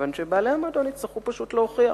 כיוון שבעלי המועדון יצטרכו פשוט להוכיח